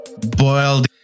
boiled